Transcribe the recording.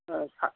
सा